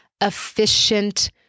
efficient